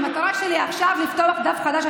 המטרה שלי עכשיו היא לפתוח דף חדש.